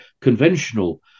conventional